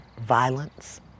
violence